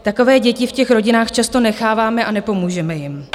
Takové děti v těch rodinách často necháváme a nepomůžeme jim.